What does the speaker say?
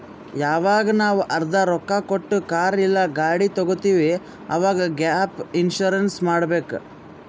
ಯವಾಗ್ ನಾವ್ ಅರ್ಧಾ ರೊಕ್ಕಾ ಕೊಟ್ಟು ಕಾರ್ ಇಲ್ಲಾ ಗಾಡಿ ತಗೊತ್ತಿವ್ ಅವಾಗ್ ಗ್ಯಾಪ್ ಇನ್ಸೂರೆನ್ಸ್ ಮಾಡಬೇಕ್